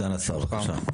סגן השר, בבקשה.